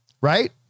right